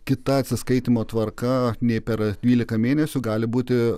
kita atsiskaitymo tvarka nei per dvylika mėnesių gali būti